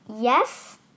yes